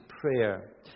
prayer